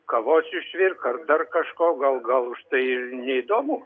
kavos išvirk ar dar kažko gal gal už tai ir neįdomu